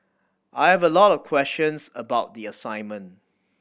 I have a lot of questions about the assignment